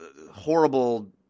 horrible